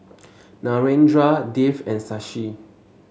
Narendra Dev and Shashi